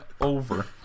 over